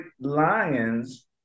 Lions